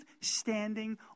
standing